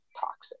toxic